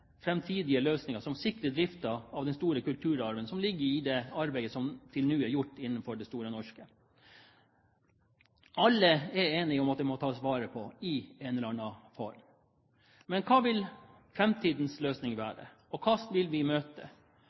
løsninger som sikrer driften av den store kulturarven som ligger i det arbeidet som til nå er gjort innenfor Store norske leksikon. Alle er enige om at det må tas vare på i en eller annen form. Men hva vil framtidens løsninger være? Og hva vil vi møte?